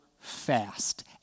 fast